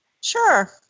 Sure